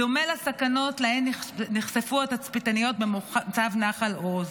בדומה לסכנות שלהן נחשפו התצפיתניות במוצב נחל עוז: